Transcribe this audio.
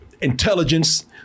Intelligence